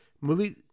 Movie